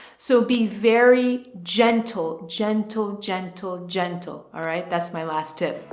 so be very gentle, gentle, gentle, gentle. all right. that's my last tip.